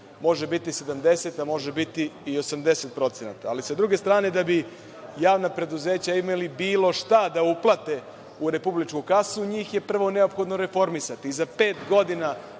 može biti 70, a može biti i 80%.Ali, sa druge strane, da bi javna preduzeća imala bilo šta da uplate u republičku kasu, njih je prvo neophodno reformisati. Za pet godina